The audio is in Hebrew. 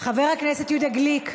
חבר הכנסת יהודה גליק,